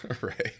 Right